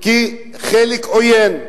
חלק עוין,